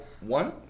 one